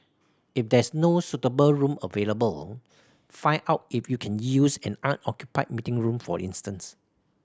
if there is no suitable room available find out if you can use an unoccupied meeting room for instance